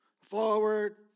forward